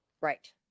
Right